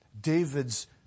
David's